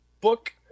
book